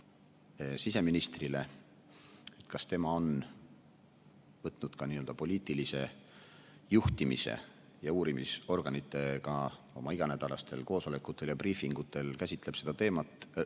siseministrile, kas tema ka poliitilise juhtimise ja uurimisorganitega oma iganädalastel koosolekutel ja briifingutel käsitleb seda teemat,